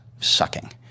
sucking